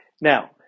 Now